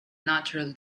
natural